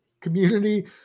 community